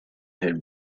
had